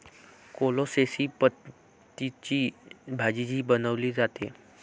कोलोसेसी पतींची भाजीही बनवली जाते